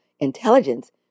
intelligence